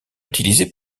utilisée